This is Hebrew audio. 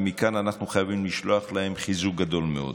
ומכאן אנחנו חייבים לשלוח להם חיזוק גדול מאוד.